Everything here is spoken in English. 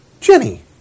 Jenny